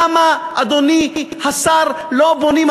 למה, אדוני השר, לא בונים?